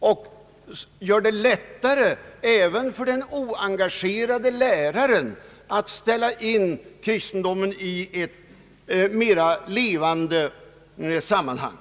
över problemet som gör det lättare även för den oengagerade läraren att ställa in kristendomen i ett mera levande sammanhang.